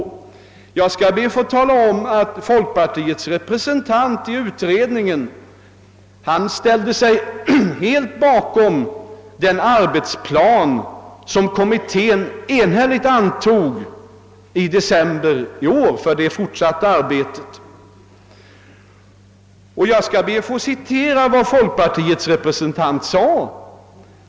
Jag ber att få omtala att folkpartiets representant i utredningen ställde sig helt bakom den arbetsplan som kommittén enhälligt antog i december i fjol för det fortsatta arbetet. Jag ber att få citera vad foikpartiets representant sade.